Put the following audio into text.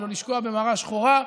ולא לשקוע במרה שחורה,